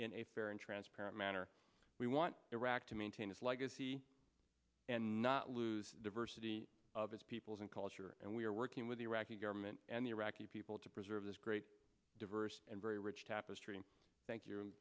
in a fair and transparent manner we want iraq to maintain its legacy and not lose the diversity of its peoples and culture and we are working with the iraqi government and the iraqi people to preserve this great diverse and very rich tapestry thank you